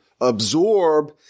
absorb